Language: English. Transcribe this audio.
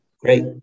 Great